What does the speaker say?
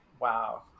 Wow